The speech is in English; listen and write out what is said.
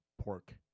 pork